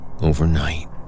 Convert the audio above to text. overnight